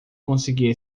conseguir